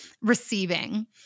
receiving